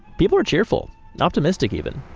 people are cheerful and optimistic, even.